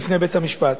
בפני בית-המשפט.